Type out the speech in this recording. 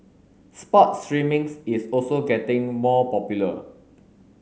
sports streamings is also getting more popular